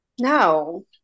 No